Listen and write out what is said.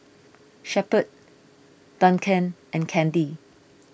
Shepherd Duncan and Candy